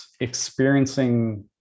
experiencing